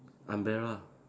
umbrella